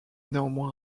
néanmoins